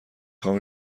خوام